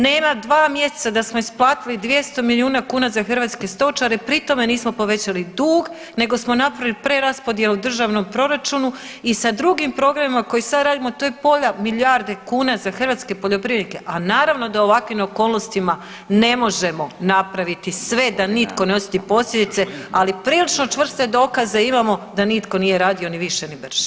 Nema 2 mjeseca da smo isplatiti 200 milijuna kuna za hrvatske stočare, pri tome nismo povećali dug nego smo napravili preraspodjelu u državnom proračuni i sa drugim programima koji sad radimo to je pola milijarde kuna za hrvatske poljoprivrednike, a naravno da u ovakvim okolnostima ne možemo napraviti sve da nitko ne osjeti posljedice, ali prilično čvrste dokaze imamo da nitko nije radio ni više, ni brže.